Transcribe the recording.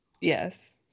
Yes